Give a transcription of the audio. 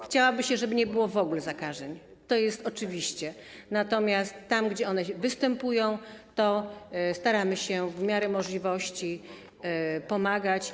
Chciałoby się, żeby nie było w ogóle zakażeń, to jest oczywiste, natomiast one są i tam, gdzie one występują, staramy się w miarę możliwości pomagać.